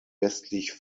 westlich